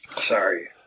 Sorry